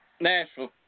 Nashville